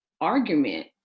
argument